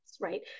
right